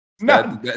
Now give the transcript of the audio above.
No